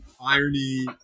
irony